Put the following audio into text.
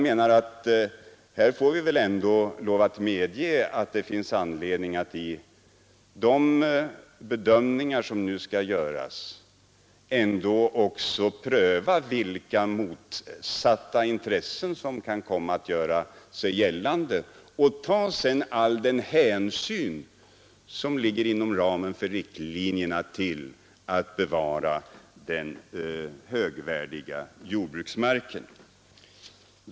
Men man får väl ändå lov att medge att det finns anledning att i de bedömningar som nu skall göras också pröva vilka motsatta intressen som kan komma att göra sig gällande och sedan ta all den hänsyn som är möjlig inom ramen för riktlinjerna till önskemålet att bevara den högvärdiga jordbruksmarken.